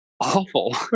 awful